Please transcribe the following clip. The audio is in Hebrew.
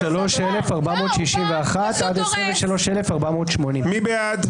23,461 עד 23,480. מי בעד?